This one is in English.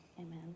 Amen